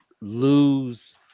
lose